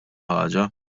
ħaġa